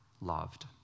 loved